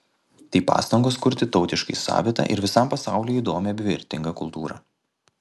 tai pastangos kurti tautiškai savitą ir visam pasauliui įdomią bei vertingą kultūrą